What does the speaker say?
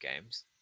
games